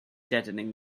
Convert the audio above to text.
deadening